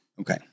Okay